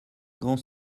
grands